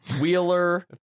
Wheeler